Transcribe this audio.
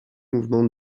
mouvement